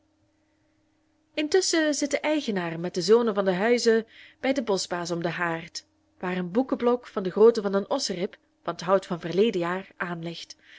zit de eigenaar met de zonen van den huize bij den boschbaas om den haard waar een boekeblok van de grootte van een osserib van t hout van verleden jaar aanligt